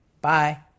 Bye